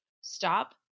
Stop